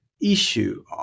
issue